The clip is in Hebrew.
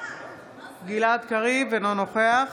אינו נוכח